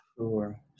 Sure